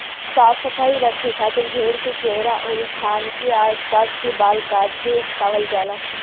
साफ सफाई रखे खातिर भेड़ के चेहरा अउरी थान के आस पास के बाल काट के हटावल जाला